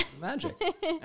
magic